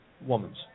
Woman's